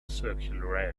circular